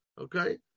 Okay